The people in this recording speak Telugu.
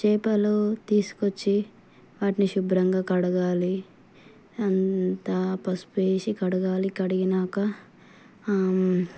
చేపలు తీసుకొచ్చి వాటిని శుభ్రంగా కడగాలి అంతా పసుపు వేసి కడగాలి కడిగాక